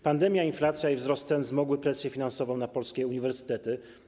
Pandemia, inflacja i wzrost cen wzmogły presję finansową na polskie uniwersytety.